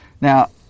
Now